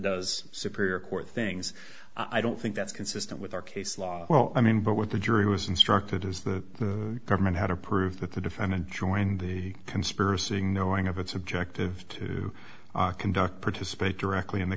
does superior court things i don't think that's consistent with our case law well i mean but what the jury was instructed is the government had to prove that the defendant joining the conspiracy and knowing of its objective to conduct participate directly in the